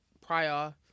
prior